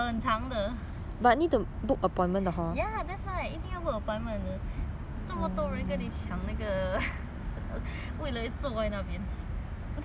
ya that's why 一定要 book appointment 的这么多人跟你抢那个为了坐在那边 that time when I sit there a lot of people